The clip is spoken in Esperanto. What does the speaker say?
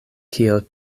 kiel